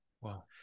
Wow